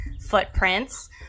footprints